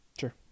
Sure